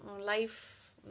life